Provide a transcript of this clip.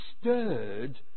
stirred